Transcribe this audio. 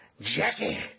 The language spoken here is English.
Jackie